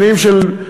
שנים של משפחה,